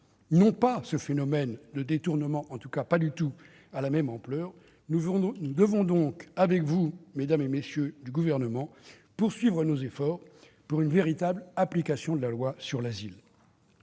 à un tel phénomène de détournement- en tout cas pas avec la même ampleur. Nous devons donc, avec vous, mesdames, messieurs les membres du Gouvernement, poursuivre nos efforts pour une véritable application de la loi sur l'asile.